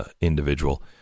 individual